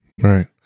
Right